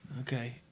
Okay